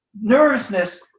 nervousness